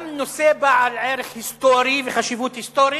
גם נושא בעל ערך היסטורי וחשיבות היסטורית,